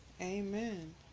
Amen